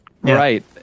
Right